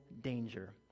danger